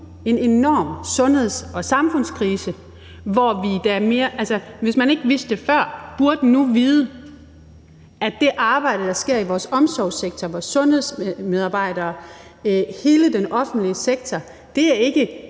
– enorm sundheds- og samfundskrise. Hvis man ikke vidste det før, burde man nu vide, at det arbejde, der udføres i vores omsorgssektor af sundhedsmedarbejdere og hele den offentlige sektor, ikke